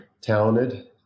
talented